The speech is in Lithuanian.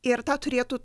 ir tą turėtų